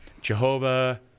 Jehovah